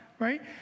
right